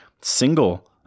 single